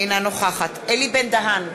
אינה נוכחת אלי בן-דהן,